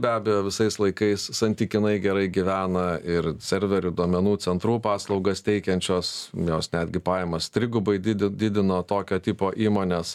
be abejo visais laikais santykinai gerai gyvena ir serverių duomenų centrų paslaugas teikiančios jos netgi pajamas trigubai didi didino tokio tipo įmonės